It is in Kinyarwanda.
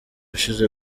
ushize